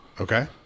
Okay